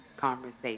conversation